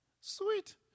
Sweet